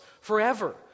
forever